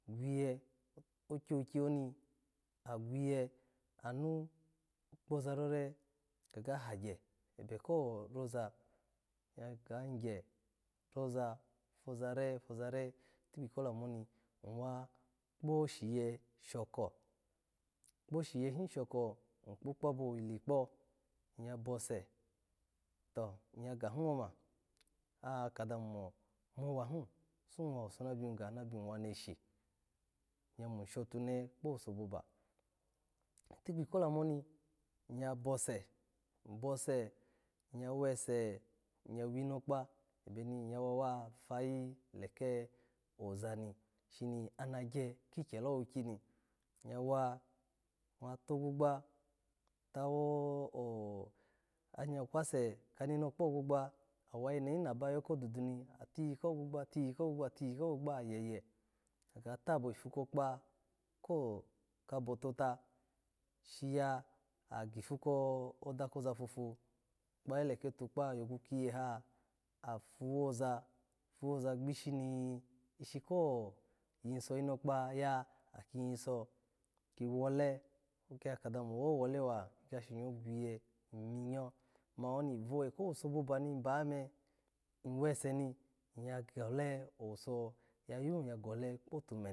Ogyogyi oni hagwinyi. anu kpo za rore ga hagye, ebe ko roza, iya ga yigye roza, foza ra, foza ra tikpi ko lamu oni, iwa kpo shiye shoko, ko shiye ni shoko ikpo kpaba wo likpo, iya bose to iya gahi oma akadami mo, mowahi, sowa, owuso nibiya ga, na biyu wa neshi, iya mo lishotunehe kpowuso boba. Tikpi ko lama oni iya bose, bose iya wesa, iya wino kpa wne ni ya wa mafayi laka oza shi n anagye kikyelowoki ni iya wa, wa togbogba, wa towanya gwase ka ninokpa ogbogba, awayenehi naba yoko dudu ni tiyika ogbogba, tiyika ogbegba, tiyika ogbogba ayeye, agatabo, ipu ko kpa kabo tota, ishiya gifu ko da koza fafu, kpayi leke tukpa yogwu kiyeha, afowoza, fowoza gbishini in, ishi ni ko gyiso inokpa ya, aki gyiso ki wole, oki ya kadawo onowoho wole wa, ikishanyawo gulinye. iminyo, mani oni vewe kowuso boba ni ba me weseni iya gale owuso kiya yu yagde kpotu mene.